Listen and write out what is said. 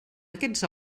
aquests